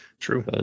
True